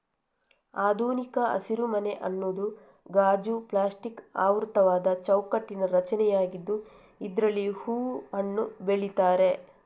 ಆಧುನಿಕ ಹಸಿರುಮನೆ ಅನ್ನುದು ಗಾಜು, ಪ್ಲಾಸ್ಟಿಕ್ ಆವೃತವಾದ ಚೌಕಟ್ಟಿನ ರಚನೆಯಾಗಿದ್ದು ಇದ್ರಲ್ಲಿ ಹೂವು, ಹಣ್ಣು ಬೆಳೀತಾರೆ